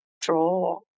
draw